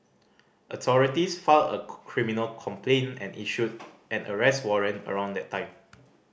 authorities filed a criminal complaint and issued an arrest warrant around that time